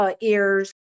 ears